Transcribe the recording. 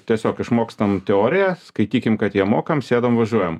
tiesiog išmokstam teoriją skaitykim kad ją mokam sėdam važiuojam